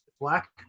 Black